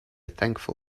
thankful